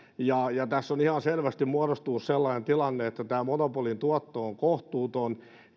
tässä on ihan selvästi muodostunut sellainen tilanne että tämän monopolin tuotto on kohtuuton